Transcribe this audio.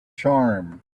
charm